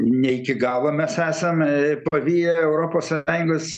ne iki galo mes esame paviję europos ir sąjungos